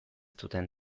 duten